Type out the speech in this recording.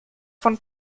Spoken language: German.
von